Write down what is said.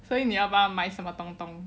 所以你要帮她买什么东东